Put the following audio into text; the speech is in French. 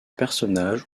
personnages